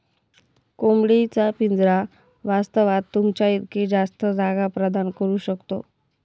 कोंबडी चा पिंजरा वास्तवात, तुमच्या इतकी जास्त जागा प्रदान करू शकतो